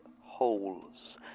holes